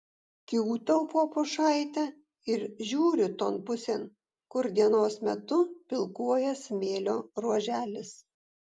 kiūtau po pušaite ir žiūriu ton pusėn kur dienos metu pilkuoja smėlio ruoželis